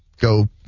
go